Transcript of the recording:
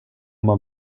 man